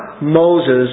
Moses